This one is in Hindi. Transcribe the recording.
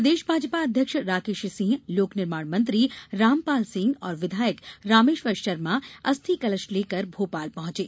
प्रदेश भाजपा अध्यक्ष राकेश सिंह लोक निर्माण मंत्री रामपाल सिंह और विधायक रामेश्वर शर्मा अस्थि कलश लेकर भोपाल पहुंचे